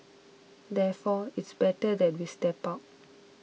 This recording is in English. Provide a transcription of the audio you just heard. therefore it's better that we step out